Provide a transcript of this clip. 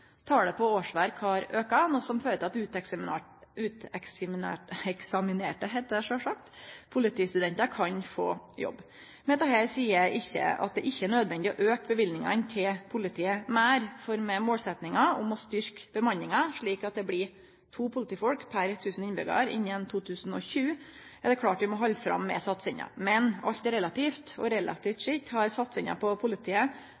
Talet på årsverk har auka, noko som fører til at uteksaminerte politistudentar kan få jobb. Med dette seier eg ikkje at det ikkje er nødvendig å auke løyvingane til politiet meir, for med målsetjinga om å styrkje bemanninga, slik at det blir to politifolk per 1 000 innbyggjarar innan 2020, er det klårt at vi må halde fram med satsinga. Men alt er relativt, og relativt sett har satsinga på politiet